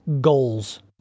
GOALS